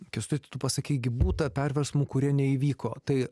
kęstuti tu pasakei gi būta perversmų kurie neįvyko tai